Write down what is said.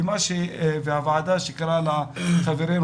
והוועדה שקראה לחברנו,